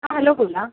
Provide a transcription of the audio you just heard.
हां हॅलो बोला